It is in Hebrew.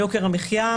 יוקר המחיה,